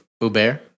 Uber